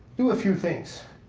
do a few things.